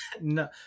No